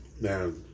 man